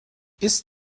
ist